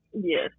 Yes